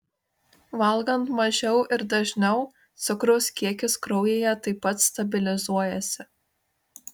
valgant mažiau ir dažniau cukraus kiekis kraujyje taip pat stabilizuojasi